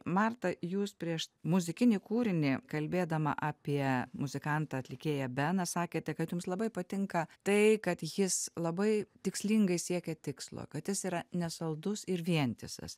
marta jūs prieš muzikinį kūrinį kalbėdama apie muzikantą atlikėją beną sakėte kad jums labai patinka tai kad jis labai tikslingai siekia tikslo kad jis yra nesaldus ir vientisas